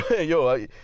yo